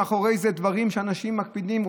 מאחורי זה דברים שאנשים מקפידים עליהם,